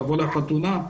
לבוא לחתונה,